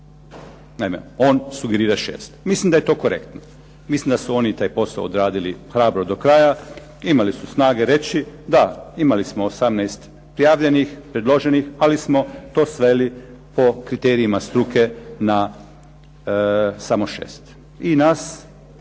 Naime, on sugerira 6. Mislim da je to korektno. Mislim da su oni taj posao odradili hrabro do kraja. Imali su snage reći, da imali smo 18 prijavljenih, predloženih, ali smo to sveli po kriterijima struke na samo 6. I nas